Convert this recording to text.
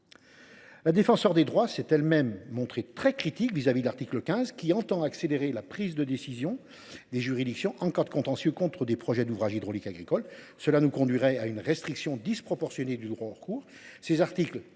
La Défenseure des droits s’est elle même montrée très critique vis à vis de l’article 15, qui vise à accélérer la prise de décision des juridictions en cas de contentieux contre des projets d’ouvrage hydraulique agricole. Cela conduirait à une restriction disproportionnée du droit au recours.